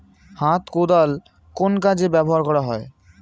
হাত কোদাল কোন কাজে ব্যবহার করা হয়?